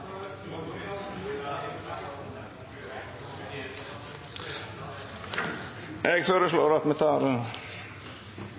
eg